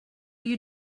you